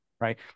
Right